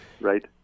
Right